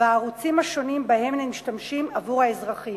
ועל הערוצים השונים שבהם הן משתמשות עבור האזרחים.